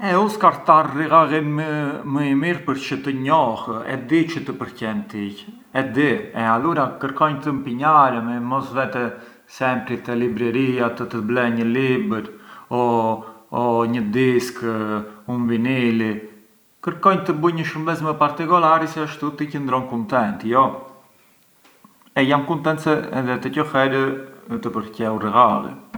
E u skartar righallin më i mirë përçë të njoh, e di çë të përqen tij, e di e allura kërkonj të mpinjarem e të mos vete sempri te libreria të të ble një libër o… o një diskë, un vinili, kërkonj të bunj një shurbes më particolari se ashtu ti qëndron kuntent, jo? E jam kuntent se edhe te kjo herë të përqeu righalli.